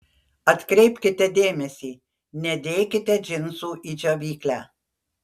atkreipkite dėmesį nedėkite džinsų į džiovyklę